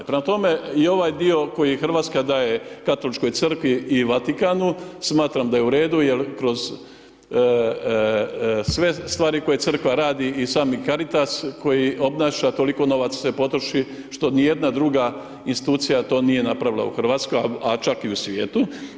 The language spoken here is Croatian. Prema tome, i ovaj dio koji RH daje Katoličkoj crkvi i Vatikanu, smatram da je u redu jel kroz sve stvari koje Crkva radi i sami Karitas koji obnaša, toliko novaca se potroši, što nijedna druga Institucija to nije napravila u RH, a čak i u svijetu.